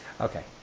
okay